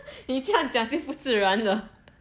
你这样讲就不自然了